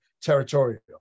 territorial